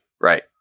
Right